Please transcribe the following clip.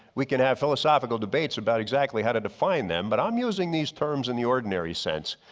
we can have philosophical debates about exactly how to define them, but i'm using these terms in the ordinary sense.